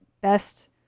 best